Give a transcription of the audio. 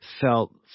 felt